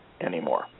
anymore